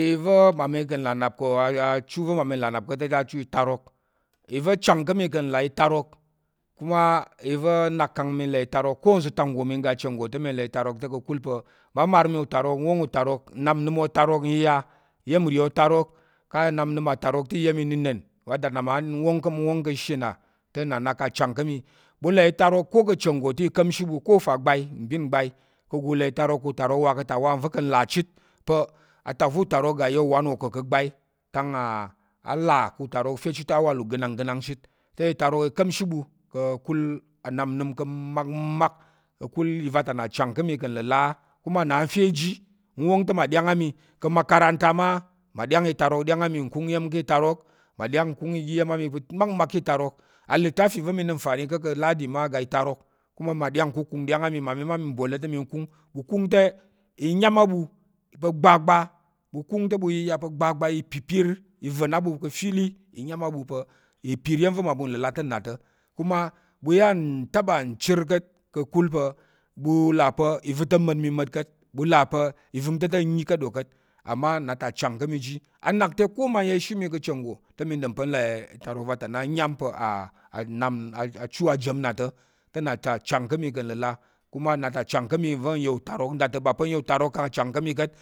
Iva mmami ka̱ nlà nnap ká̱ ta̱ te achu itarok iva̱ nak kang mi là itarok ko mma ga che nggo là i tarok te ka̱kul pa̱ mma mar mi utarok nwong utarok, nnap nnəm otarok nwong nyiya, iya̱m nri atarok te iya̱m nnəna̱n ma wong te nwong ka̱ shishe na ɓu là itarok ko ka̱ che nggo te ika̱m ishi ɓu ko u fa agbai mbin ngbai ka̱ utarok wa ka̱ ta wa nva̱ nlà chit atak va̱ utarok ga ya uwan ko ka̱ gbai kang á là ka̱ utarok u fe chit te awal ugənanggənang chit. te i tarok i ka̱mshi ɓu ka̱kul nnap nnəm ka̱ makmak ka̱kul i va ta nna chang ka̱ mi nləla kuma nna nfe ji nwong te mma ɗyang á mi ka̱ mmakarata mma ɗyang itarok ɗyang á nkung iya̱m ká̱ itarok, mma ɗyang nkung oga iya̱m mmakmak ká̱ itarok, alittafi va̱ i nəm nfani ko ka̱ ladi mma aga itarok kuma mma ɗyang nkukung ɗyang á mi, mi bol ta̱ te mi kung, ɓu kung te i nyam á ɓu pa̱ gbagba, ɓu kung te ɓu yiya pa̱ gbagba ipipir i va̱ng á ɓu ka̱ fili, i nyam á ɓu ipir iya̱m mmaɓu ka̱ nlla te nna ta̱ kuma ɓu yang taba nchər ka̱t, ka̱kul pa̱ ɓu là pa̱ i va̱ng ta̱ mma̱t mi ma̱t ɗo ka̱t, va̱ng ta̱ nyi ka̱t ɗo ka̱t, amma nna ta chang ka̱ mi ji a nak te ko mma ya ishi mi ka̱ che nggo te mi ɗom pa̱ nlà itarok va ta nna nyam pa̱ á achu ajam nna ta̱, te nna ta chang ka̱ mi ka̱ nləlà kuma nna ta chang nva̱ nya utarok nda ta̱, ba pa̱ n ya utarok kang á chang ká̱ mi ka̱t.